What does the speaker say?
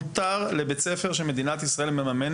מותר לבית ספר שממומן על ידי מדינת ישראל,